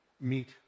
meet